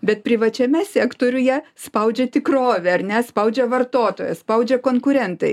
bet privačiame sektoriuje spaudžia tikrovė ar ne spaudžia vartotojas spaudžia konkurentai